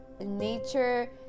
Nature